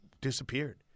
disappeared